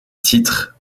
titre